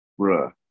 Bruh